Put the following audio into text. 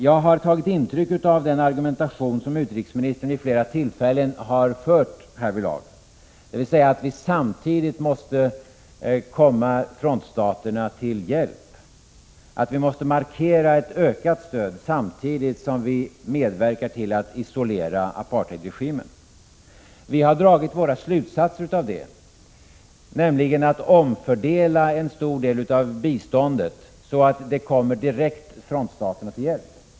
Jag har tagit intryck av den argumentation som utrikesministern vid flera tillfällen har fört härvidlag, dvs. att vi samtidigt måste komma frontstaterna till hjälp, och att vi måste markera ett ökat stöd samtidigt som vi medverkar till att isolera apartheidregimen. Vi har dragit våra slutsatser av detta, nämligen att omfördela en stor del av biståndet så att det kommer frontstaterna direkt till hjälp.